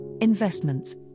investments